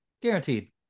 Guaranteed